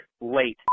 late